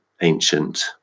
ancient